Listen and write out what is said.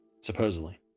supposedly